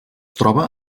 troba